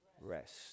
rest